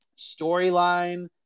storyline